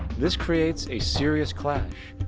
this creates a serious clash,